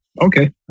Okay